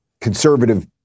conservative